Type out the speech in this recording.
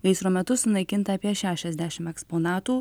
gaisro metu sunaikinta apie šešiasdešim eksponatų